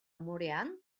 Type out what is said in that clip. umorean